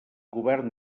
govern